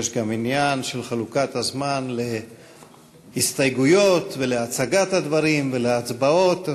יש גם עניין של חלוקת הזמן להסתייגויות ולהצגת הדברים ולהצבעות,